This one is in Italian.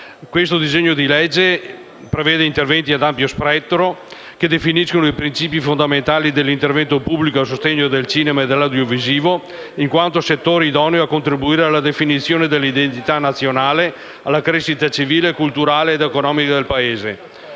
Questo disegno di legge prevede interventi ad ampio spettro che definiscono i principi fondamentali dell’intervento pubblico a sostegno del cinema e dell’audiovisivo, in quanto settore idoneo a contribuire alla definizione dell’identità nazionale, alla crescita civile, culturale ed economica del Paese.